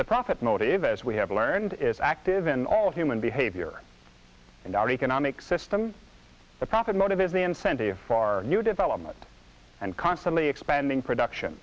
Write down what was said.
the profit motive as we have learned is active in all of human behavior and our economic system the profit motive is the incentive for new development and constantly expanding production